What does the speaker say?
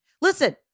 Listen